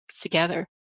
together